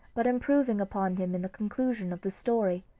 but improving upon him in the conclusion of the story.